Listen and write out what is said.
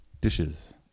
dishes